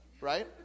right